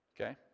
Okay